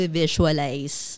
visualize